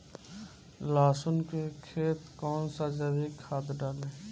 लहसुन के खेत कौन सा जैविक खाद डाली?